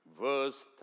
Verse